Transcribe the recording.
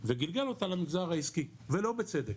וגלגל אותה למגזר העסקי ולא בצדק.